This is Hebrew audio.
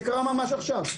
זה קרה ממש עכשיו.